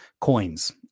coins